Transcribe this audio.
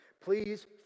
Please